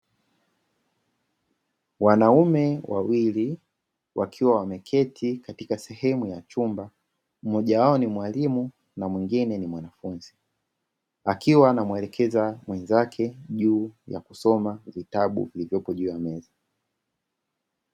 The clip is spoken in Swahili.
Wanaume wawili wakiwa wameketi katika sehemu ya chumba; mmoja wao ni mwalimu na mwingine ni mwanafunzi akiwa anamwelekeza mwenzake juu ya kusoma vitabu vilivyopo juu ya meza.